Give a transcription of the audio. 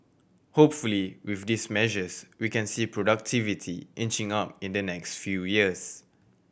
hopefully with these measures we can see productivity inching up in the next few years